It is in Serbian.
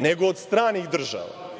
nego od stranih država.